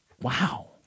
wow